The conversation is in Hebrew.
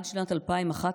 עד שנת 2011,